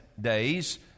days